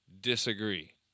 Disagree